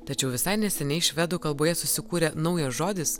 tačiau visai neseniai švedų kalboje susikūrė naujas žodis